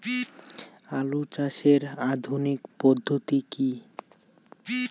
আলু চাষের আধুনিক পদ্ধতি কি?